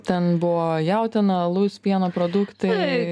ten buvo jautiena alus pieno produktai